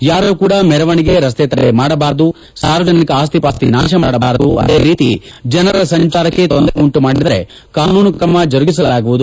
ಯಾರು ಕೂಡ ಮೆರವಣಿಗೆ ರಸ್ತೆ ತಡೆ ಮಾಡಬಾರದು ಸಾರ್ವಜನಿಕ ಆಸ್ತಿಪಾಸ್ತಿ ನಾಶ ಮಾಡಬಾರದು ಅದೇ ರೀತಿ ಜನರ ಸಂಚಾರಕ್ಕೆ ತೊಂದರೆ ಉಂಟುಮಾಡಿದರೆ ಕಾನೂನು ಕ್ರಮ ಜರಗಿಸಲಾಗುವುದು